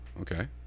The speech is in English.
okay